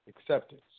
acceptance